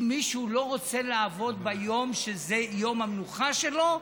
אם מישהו לא רוצה לעבוד ביום המנוחה שלו,